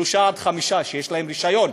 שלושה עד חמישה שיש להם רישיון.